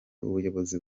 ubuyobozi